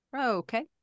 okay